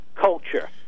culture